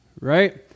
right